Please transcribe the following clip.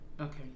Okay